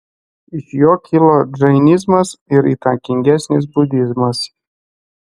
iš jo kilo džainizmas ir įtakingesnis budizmas